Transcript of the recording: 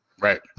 Right